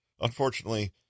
Unfortunately